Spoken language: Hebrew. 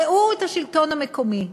ראו את השלטון המקומי.